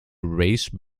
race